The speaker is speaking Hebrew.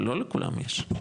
אבל לא לכולם יש.